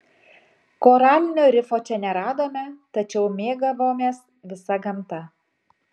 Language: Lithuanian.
koralinio rifo čia neradome tačiau mėgavomės visa gamta